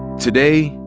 today,